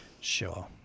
sure